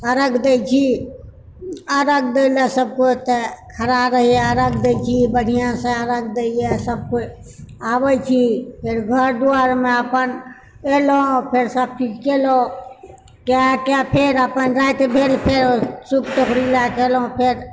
अरघ दए छी अरघ देलक सभकोए तऽ खड़ा रहैए अरघ दए छी बढ़िआँसँ अरघ देइए सभकोए आबैत छी फेर घर दुआरमे अपन एलहुँ फेर सब चीज केलहुँ कएके फेर अपन रातिभरि सूप टोकरी लएके एलहुँ फेर